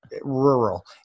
rural